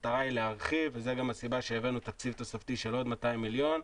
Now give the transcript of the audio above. המטרה היא להרחיב וזו גם הסיבה שהבאנו תקציב תוספתי של עוד 200 מיליון,